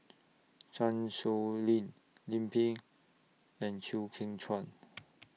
Chan Sow Lin Lim Pin and Chew Kheng Chuan